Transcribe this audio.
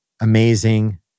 amazing